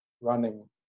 running